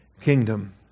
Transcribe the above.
kingdom